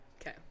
Okay